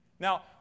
Now